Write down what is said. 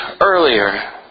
earlier